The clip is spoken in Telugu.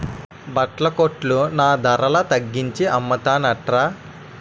బట్టల కొట్లో నా ధరల తగ్గించి అమ్మతన్రట